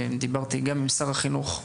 דיברתי גם עם שר החינוך,